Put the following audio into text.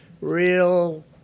real